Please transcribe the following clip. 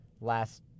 Last